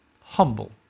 humble